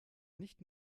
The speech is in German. nicht